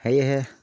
সেয়েহে